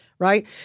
Right